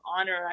honor